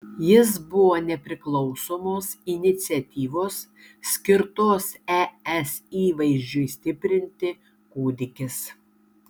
jis buvo nepriklausomos iniciatyvos skirtos es įvaizdžiui stiprinti kūdikis